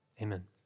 Amen